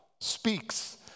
speaks